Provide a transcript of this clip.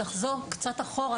אני רוצה לחזור קצת אחורה,